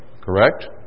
Correct